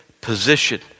position